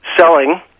selling